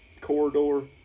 corridor